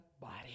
body